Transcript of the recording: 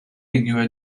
იგივე